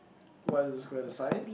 what is the square the sign